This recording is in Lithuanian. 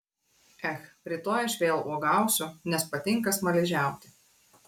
ech rytoj aš vėl uogausiu nes patinka smaližiauti